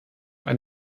ein